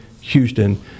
Houston